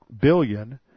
billion